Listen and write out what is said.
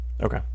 Okay